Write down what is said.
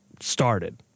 started